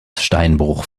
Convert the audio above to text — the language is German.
steinbruch